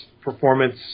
performance